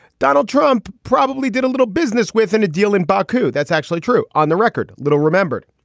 donald trump probably did a little business with in a deal in baku. that's actually true on the record. little remembered,